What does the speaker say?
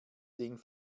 ding